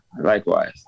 Likewise